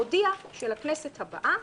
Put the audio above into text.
הודיעה שלכנסת הבאה